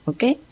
Okay